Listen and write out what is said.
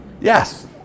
Yes